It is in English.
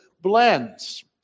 blends